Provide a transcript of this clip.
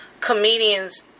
comedians